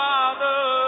Father